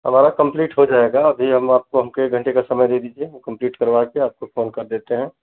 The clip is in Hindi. हमारा कंप्लीट हो जाएगा अभी हम आपको एक घंटे का समय दे दीजिए वह कंप्लीट करवाकर आपको फ़ोन कर देते हैं